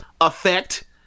effect